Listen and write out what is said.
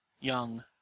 Young